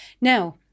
Now